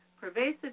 Pervasive